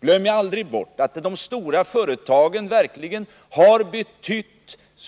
Glöm aldrig bort att de stora företagen verkligen har betytt